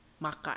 Makan